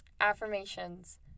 Affirmations